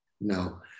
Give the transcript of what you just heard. no